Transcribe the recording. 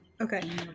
okay